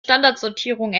standardsortierung